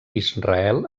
israel